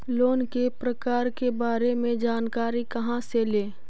Loan के प्रकार के बारे मे जानकारी कहा से ले?